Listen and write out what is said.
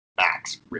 Max